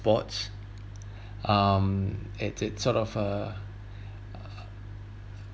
sports um it it's sort of uh